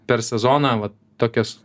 per sezoną va tokias